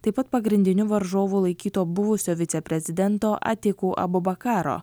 taip pat pagrindiniu varžovu laikyto buvusio viceprezidento atiku abubakaro